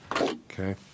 Okay